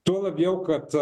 tuo labiau kad